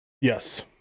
Yes